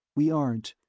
we aren't.